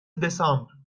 دسامبر